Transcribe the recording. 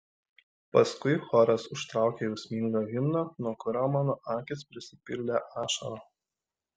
paskui choras užtraukė jausmingą himną nuo kurio mano akys prisipildė ašarų